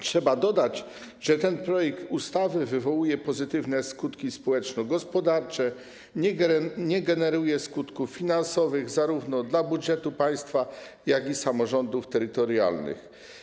Trzeba dodać, że ten projekt ustawy wywołuje pozytywne skutki społeczno-gospodarcze, nie generuje skutków finansowych zarówno dla budżetu państwa, jak i dla samorządów terytorialnych.